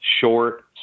short